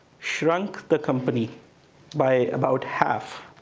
shrunk the company by about half.